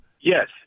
Yes